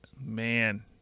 Man